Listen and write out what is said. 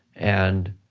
and